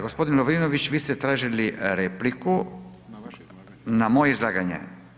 Gospodin Lovrinović vi ste tražili repliku na moje izlaganje?